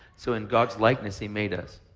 so in god's likeness he made us.